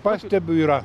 pastebiu yra